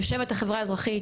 יושבת החברה האזרחית,